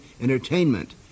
entertainment